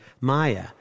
Maya